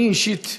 אני אישית,